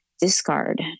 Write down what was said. discard